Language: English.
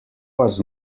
was